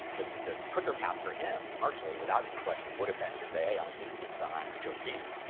the the quicker path for him, commercially, without any question, would've been to say, hey, i'm stephen king's son, i'm joe king.